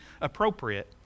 appropriate